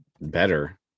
better